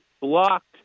blocked